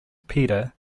peter